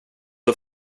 och